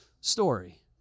story